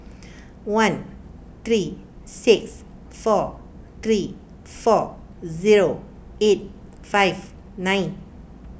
one three six four three four zero eight five nine